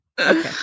Okay